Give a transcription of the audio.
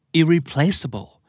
irreplaceable